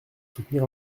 soutenir